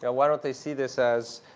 ah why don't they see this as